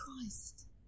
Christ